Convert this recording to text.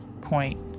point